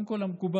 קודם כול למקובל.